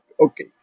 okay